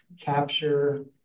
capture